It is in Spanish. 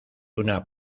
una